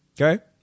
Okay